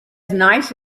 nice